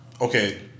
Okay